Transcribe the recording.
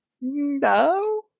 No